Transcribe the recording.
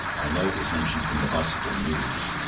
i know it was mentioned in the bicycle news.